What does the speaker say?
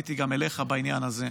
פניתי גם אליך בעניין הזה.